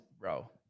bro